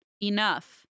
Enough